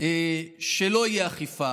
שלא תהיה אכיפה,